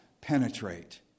penetrate